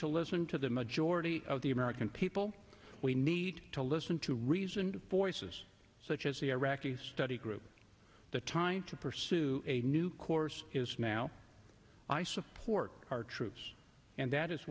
to listen to the majority of the american people we need to listen to reason to boy says such as the iraqi study group the time to pursue a new course is now i support our troops and that is